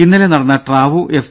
ഇന്നലെ നടന്ന ട്രാവു എഫ്